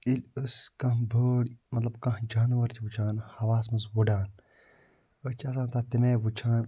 ییٚلہِ أسۍ کانٛہہ بٲڈ مَطلَب کانٛہہ جانوَر چھِ وٕچھان ہَوہَس مَنٛز وٕڑان أسۍ چھِ آسان تَتھ تَمہِ آیہِ وٕچھان